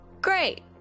Great